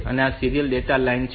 તો આ serial data line છે